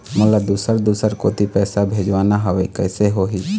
मोला दुसर दूसर कोती पैसा भेजवाना हवे, कइसे होही?